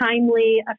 timely